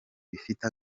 bifite